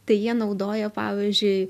tai jie naudojo pavyzdžiui